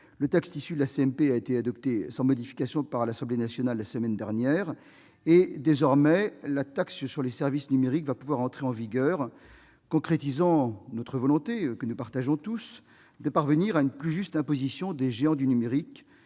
mixte paritaire a été adopté sans modification par l'Assemblée nationale la semaine dernière. Désormais, la taxe sur les services numériques va pouvoir entrer en vigueur, concrétisant la volonté que nous avons tous de parvenir à une plus juste imposition des géants du numérique,